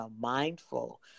mindful